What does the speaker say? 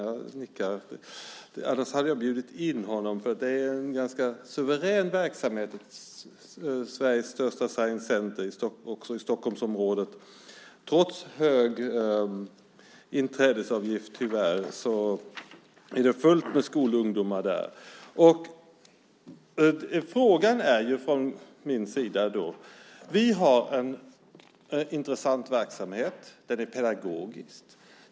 Han nickar. Annars hade jag bjudit in honom, för det är en ganska suverän verksamhet som bedrivs vid Sveriges största science center i Stockholmsområdet. Trots tyvärr hög inträdesavgift är det fullt med skolungdomar där. Frågeställningen är följande: Vi har en intressant verksamhet. Den är pedagogisk.